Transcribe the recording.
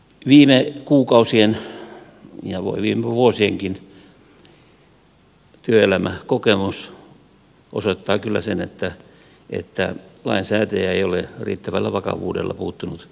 viime kuukausien ja viime vuosienkin työelämäkokemus osoittaa kyllä sen että lainsäätäjä ei ole riittävällä vakavuudella puuttunut työpaikkakiusaamisiin